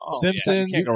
Simpsons